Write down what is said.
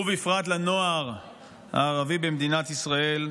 ובפרט לנוער הערבי במדינת ישראל,